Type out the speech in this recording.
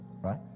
right